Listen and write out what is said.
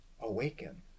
Awaken